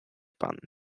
pan